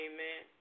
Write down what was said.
Amen